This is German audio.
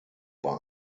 bei